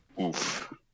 Oof